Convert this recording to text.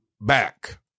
back